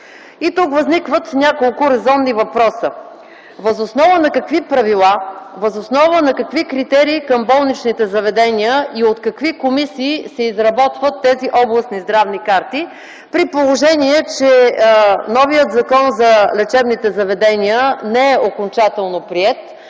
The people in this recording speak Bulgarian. Тук възникват няколко резонни въпроса: Въз основа на какви правила, въз основа на какви критерии към болничните заведения и от какви комисии се изработват тези областни здравни карти, при положение че новият Закон за лечебните заведения не е окончателно приет.